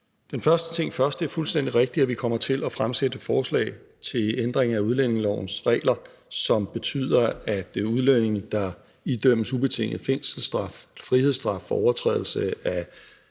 Den første ting først: Det er fuldstændig rigtigt, at vi kommer til at fremsætte forslag til ændring af udlændingelovens regler, som betyder, at udlændinge, der idømmes ubetinget frihedsstraf for overtrædelse af